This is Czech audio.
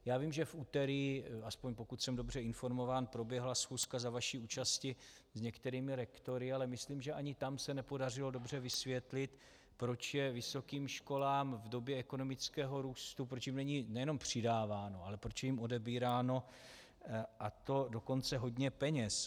Já vím, že v úterý, aspoň pokud jsem dobře informován, proběhla schůzka za vaší účasti s některými rektory, ale myslím, že ani tam se nepodařilo dobře vysvětlit, proč vysokým školám v době ekonomického růstu nejen není přidáváno, ale proč je jim odebíráno, a to dokonce hodně peněz.